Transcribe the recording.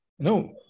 No